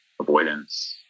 avoidance